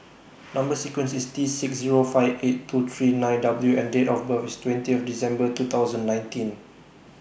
Number sequence IS T six Zero five eight two three nine W and Date of birth IS twenty of December two thousand nineteen